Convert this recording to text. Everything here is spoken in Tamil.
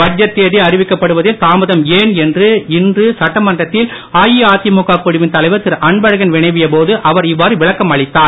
பட்ஜெட் தேதி அறிவிக்கப்படுவதில் தாமதம் ஏன் என்று இன்று சட்டமன்றத்தில் அஇஅதிழக குழுவின் தலைவர் திருஅன்பழகன் வினவிய போது அவர் இவ்வாறு விளக்கம் அளித்தார்